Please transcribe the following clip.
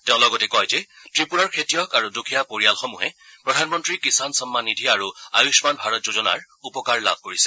তেওঁ লগতে কয় যে ত্ৰিপুৰাৰ খেতিয়ক আৰু দুখীয়া পৰিয়ালসমূহে প্ৰধানমন্ত্ৰী কিষান সম্মান নিধি আৰু আয়ুম্মান ভাৰত যোজনাৰ উপকাৰ লাভ কৰিছে